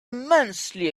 immensely